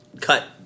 cut